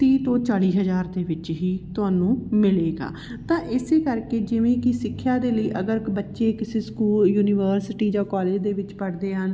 ਤੀਹ ਤੋਂ ਚਾਲੀ ਹਜ਼ਾਰ ਦੇ ਵਿੱਚ ਹੀ ਤੁਹਨੂੰ ਮਿਲੇਗਾ ਤਾਂ ਇਸੇ ਕਰਕੇ ਜਿਵੇਂ ਕਿ ਸਿੱਖਿਆ ਦੇ ਲਈ ਅਗਰ ਬੱਚੇ ਕਿਸੇ ਸਕੂਲ ਯੂਨੀਵਰਸਿਟੀ ਜਾਂ ਕੋਲਜ ਦੇ ਵਿੱਚ ਪੜ੍ਹਦੇ ਆ